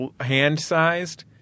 hand-sized